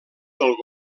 del